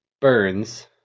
Burns